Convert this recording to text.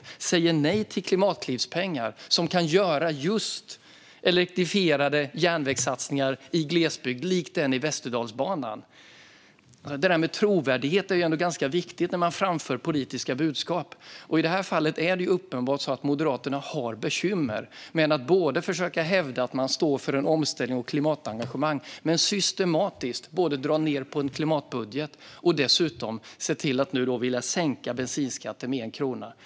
Moderaterna säger nej till Klimatklivspengar som kan möjliggöra just satsningar på elektrifiering av järnväg i glesbygd som Västerdalsbanan. Det där med trovärdighet är ändå ganska viktigt när man framför politiska budskap. I det här fallet har Moderaterna uppenbart bekymmer med att försöka hävda att man står för en omställning och ett klimatengagemang samtidigt som man systematiskt drar ned på klimatbudgeten och dessutom vill sänka bensinskatten med 1 krona.